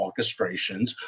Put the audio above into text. orchestrations